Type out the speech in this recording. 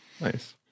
Nice